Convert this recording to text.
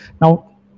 Now